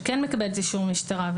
שכן מקבלת אישור משטרה.